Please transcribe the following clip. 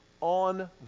on